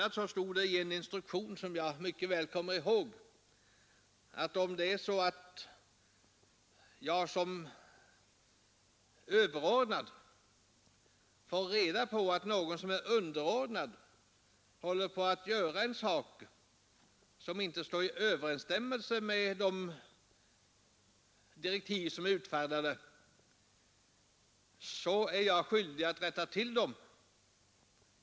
a. stod det i en instruktion, som jag mycket väl kommer ihåg, att om jag som överordnad fick reda på att någon underordnad höll på att göra en sak som inte stod i överensstämmelse med utfärdade direktiv, så var jag skyldig att rätta till saken.